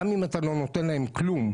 גם אם אתה לא נותן להם כלום,